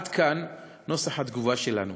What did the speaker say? עד כאן נוסח התגובה שלנו.